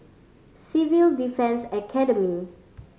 Civil Defence Academy